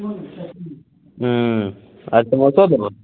हूँ आ समोसो देबहो